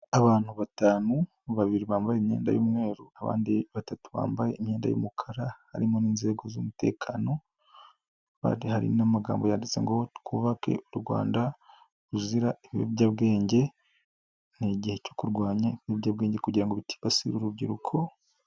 Abantu batanu babiri bambaye imyenda y'umweru abandi batatu bambaye imyenda y'umukara harimo n'inzego z'umutekano kandi hari n'amagambo yanditse ngo: "Twubake u Rwanda ruzira ibiyobyabwenge", ni igihe cyo kurwanya ibiyobyabwenge kugira ngo bitibasire urubyiruko.